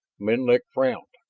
menlik frowned.